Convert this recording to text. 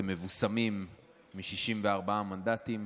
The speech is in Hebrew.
אתם מבושמים מ-64 מנדטים.